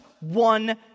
one